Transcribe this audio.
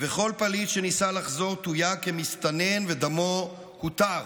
וכל פליט שניסה לחזור תויג כמסתנן ודמו הותר.